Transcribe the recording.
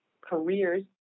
careers